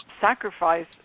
sacrifice